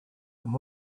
and